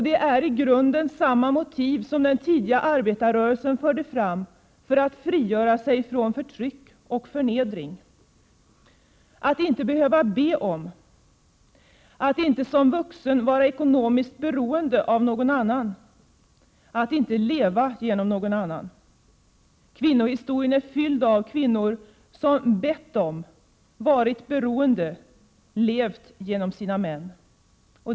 Det är i grunden samma motiv som den tidiga arbetarrörelsen förde fram för att frigöra sig från förtryck och förnedring: " Att inte behöva ”be om”. "Att inte som vuxen vara ekonomiskt beroende av någon annan. + Att inte leva genom någon annan. Kvinnohistorien är fylld av kvinnor som ”bett om”, varit beroende och levt genom sina män.